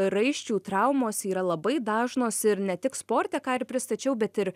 raiščių traumos yra labai dažnos ir ne tik sporte ką ir pristačiau bet ir